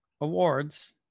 awards